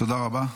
תודה רבה.